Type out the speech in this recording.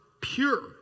pure